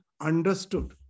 understood